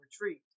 retreat